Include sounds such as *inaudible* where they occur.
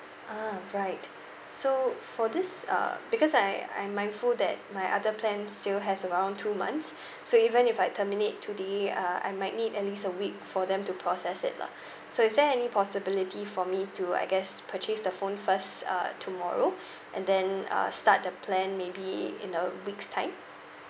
ah right so for this uh because I I'm mindful that my other plan still has around two months *breath* so even if I terminate today uh I might need at least a week for them to process it lah *breath* so is there any possibility for me to I guess purchase the phone first uh tomorrow *breath* and then uh start the plan maybe in a week's time